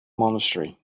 monastery